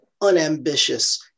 unambitious